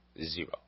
Zero